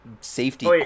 safety